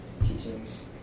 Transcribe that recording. teachings